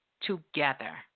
together